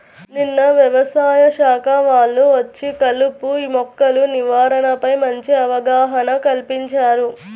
నిన్న యవసాయ శాఖ వాళ్ళు వచ్చి కలుపు మొక్కల నివారణపై మంచి అవగాహన కల్పించారు